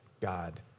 God